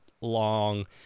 long